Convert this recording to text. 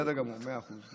בסדר גמור, מאה אחוז.